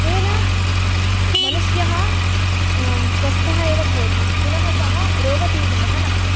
तेन मनुष्यः स्वस्थः एव भवति पुनः सः रोगपीडितः न भवति